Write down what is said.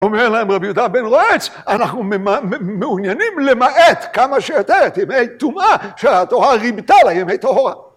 אומר להם רבי יותר בן רועץ, אנחנו מעוניינים למעט כמה שיותר, תמיד טומעה שתורה רימתה להם את ההורה.